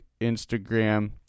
Instagram